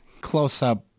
close-up